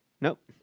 nope